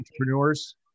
entrepreneurs